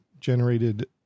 generated